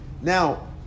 Now